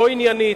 לא עניינית,